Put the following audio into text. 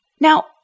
Now